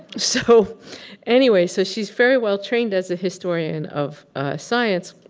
so anyway, so she's very well trained as a historian of science,